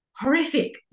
horrific